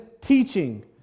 teaching